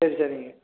சரி சரிங்க